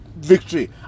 victory